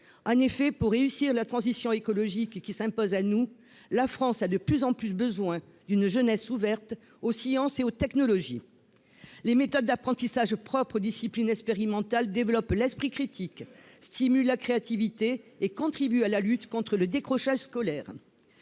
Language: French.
En effet, pour réussir la transition écologique qui s'impose à nous, la France a de plus en plus besoin d'une jeunesse ouverte aux sciences et aux technologies. Les méthodes d'apprentissage, propres aux disciplines expérimentales, développent l'esprit critique, stimulent la créativité et contribuent à la lutte contre le décrochage scolaire.